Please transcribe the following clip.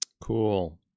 cool